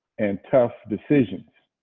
and tough decisions.